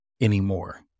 anymore